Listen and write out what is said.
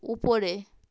উপরে